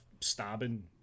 stabbing